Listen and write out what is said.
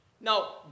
Now